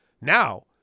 Now